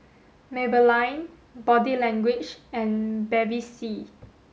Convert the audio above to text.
Maybelline Body Language and Bevy C